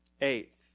Eighth